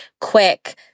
quick